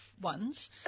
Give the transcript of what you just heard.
ones